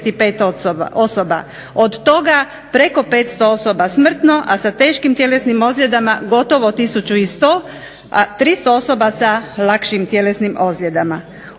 od toga preko 500 osoba smrtno, a sa teškim tjelesnim ozljedama gotovo tisuću i 100, a 300 osoba sa lakšim tjelesnim ozljedama.